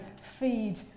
feed